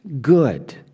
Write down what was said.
good